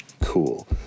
Cool